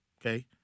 Okay